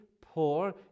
poor